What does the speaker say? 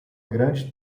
grande